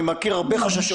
אני מכיר הרבה חששות.